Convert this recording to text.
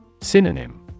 Synonym